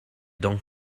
donc